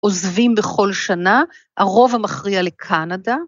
עוזבים בכל שנה, הרוב המכריע לקנדה.